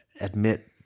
admit